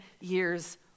years